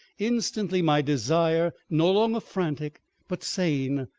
instantly my desire, no longer frantic but sane,